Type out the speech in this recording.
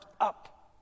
up